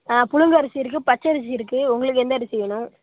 ஆ புழுங்கல் அரிசி இருக்குது பச்சரிசி இருக்குது உங்களுக்கு எந்த அரிசி வேணும்